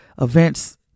events